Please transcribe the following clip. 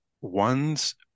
one's